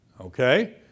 okay